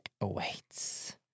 awaits